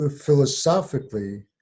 philosophically